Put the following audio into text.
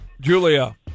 Julia